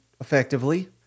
effectively